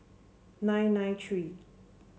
nine nine three